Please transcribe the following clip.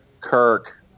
Kirk